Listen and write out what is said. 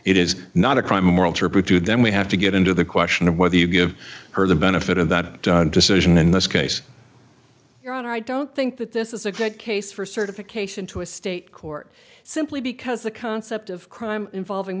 it is not a crime of moral turpitude then we have to get into the question of whether you give her the benefit of that decision in this case your honor i don't think that this is a good case for certification to a state court simply because the concept of crime involving